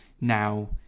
now